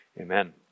Amen